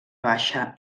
baixa